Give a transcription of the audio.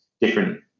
different